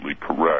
correct